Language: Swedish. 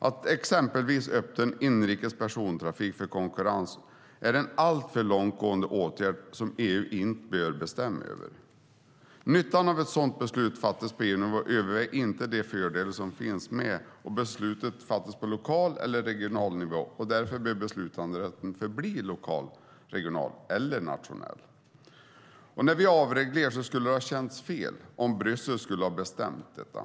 Att exempelvis öppna inrikes persontrafik för konkurrens är en alltför långtgående åtgärd som EU inte bör bestämma över. Nyttan av att ett sådant beslut fattas på EU-nivå överväger inte de fördelar som finns med att beslutet fattas på lokal eller regional nivå. Därför bör beslutanderätten förbli lokal, regional eller nationell. När vi avreglerade skulle det ha känts fel om Bryssel skulle ha bestämt detta.